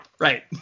right